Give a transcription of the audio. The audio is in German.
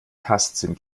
tastsinn